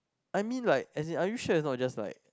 I mean like as in are you sure is not just like